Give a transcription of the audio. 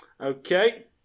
Okay